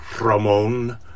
Ramon